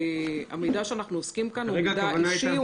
המידע שאנו עוסקים בו כאן הוא מידע אישי,